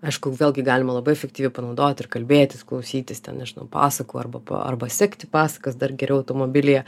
aišku vėlgi galima labai efektyviai panaudot ir kalbėtis klausytis ten nežinau pasakų arba pa arba sekti pasakas dar geriau automobilyje